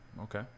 okay